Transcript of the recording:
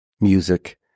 music